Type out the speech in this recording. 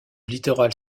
littoral